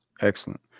Excellent